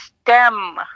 STEM